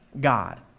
God